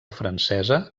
francesa